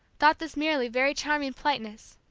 thought this merely very charming politeness.